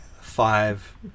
five